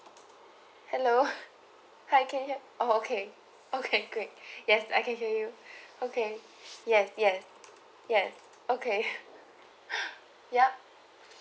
hello hi can you oh okay okay great yes I can hear you okay yes yes yes okay ya